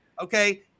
Okay